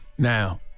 Now